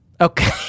Okay